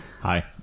Hi